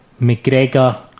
McGregor